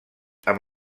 amb